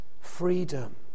freedom